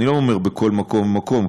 אני לא אומר בכל מקום ומקום,